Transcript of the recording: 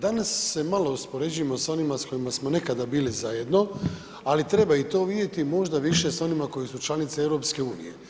Danas se malo uspoređujemo sa onima s kojima smo nekada bili zajedno, ali treba i to vidjeti možda više s onima koje su članice EU.